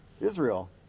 Israel